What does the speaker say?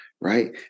right